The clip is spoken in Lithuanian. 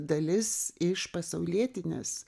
dalis iš pasaulietinės